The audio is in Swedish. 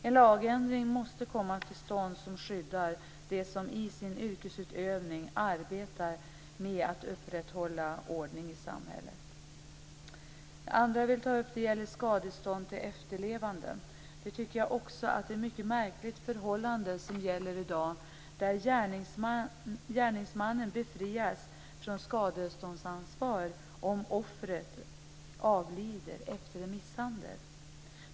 En lagändring måste komma till stånd som skyddar dem som i sin yrkesutövning arbetar med att upprätthålla ordning i samhället. Det andra jag vill ta upp är skadestånd till efterlevande. Det är ett mycket märkligt förhållande i dag där gärningsmannen befrias från skadeståndsansvar om offret avlider efter en misshandel.